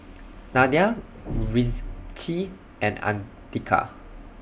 Nadia Rizqi and Andika